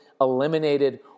eliminated